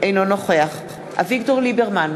אינו נוכח אביגדור ליברמן,